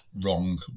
wrong